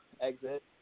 exit